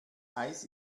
eis